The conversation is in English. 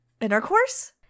Intercourse